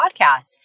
podcast